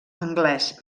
anglès